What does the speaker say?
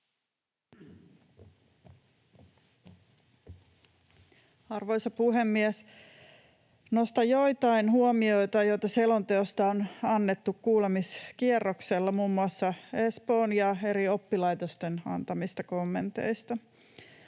Arvoisa puhemies! Nostan joitain huomioita, joita selonteosta on annettu kuulemiskierroksella, muun muassa Espoon ja eri oppilaitosten antamista kommenteista.